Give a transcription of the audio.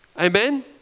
Amen